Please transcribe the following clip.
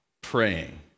praying